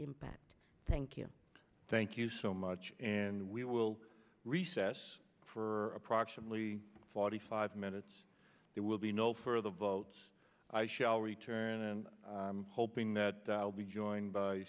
impact thank you thank you so much and we will recess for approximately forty five minutes it will be no further votes i shall return hoping that i'll be joined by